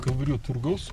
kalvarijų turgaus